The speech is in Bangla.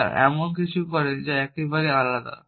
তারা এমন কিছু করে যা একেবারেই আলাদা